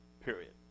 period